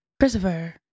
Christopher